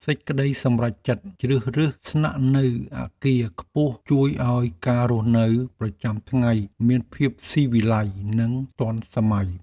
សេចក្តីសម្រេចចិត្តជ្រើសរើសស្នាក់នៅអគារខ្ពស់ជួយឱ្យការរស់នៅប្រចាំថ្ងៃមានភាពស៊ីវិល័យនិងទាន់សម័យ។